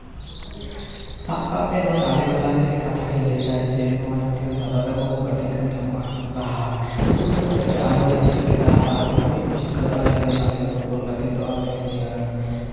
ᱥᱟᱵ ᱠᱟᱜ ᱢᱮ ᱱᱚᱜᱼᱚᱭ ᱟᱞᱮ ᱴᱚᱞᱟᱨᱮ ᱠᱟᱛᱷᱟᱜᱤᱧ ᱞᱟᱹᱭᱫᱟᱭ ᱡᱮ ᱱᱚᱜᱼᱚᱭ ᱟᱞᱮ ᱨᱮᱱ ᱫᱟᱫᱟ ᱛᱟᱠᱚ ᱠᱚ ᱜᱟᱛᱮᱜ ᱠᱟᱱ ᱛᱟᱦᱮᱱᱚᱜᱼᱟ ᱞᱟᱦᱟ ᱩᱱᱠᱩ ᱧᱮᱞ ᱧᱮᱞ ᱛᱮ ᱟᱞᱮ ᱦᱚᱸᱞᱮ ᱪᱮᱫ ᱠᱮᱫᱟ ᱟᱨ ᱩᱱᱠᱩ ᱜᱮᱠᱚ ᱪᱮᱫ ᱠᱟᱜ ᱛᱟᱞᱮᱭᱟ ᱱᱤᱭᱟᱹ ᱟᱞᱮ ᱯᱷᱩᱴᱵᱚᱞ ᱜᱟᱛᱮᱜ ᱫᱚ ᱱᱤᱭᱟᱹ